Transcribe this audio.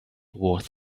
was